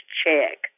check